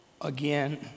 again